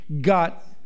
got